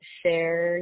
share